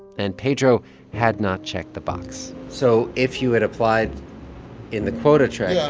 and pedro had not checked the box so if you had applied in the quota track. yeah.